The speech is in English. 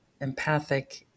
empathic